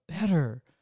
better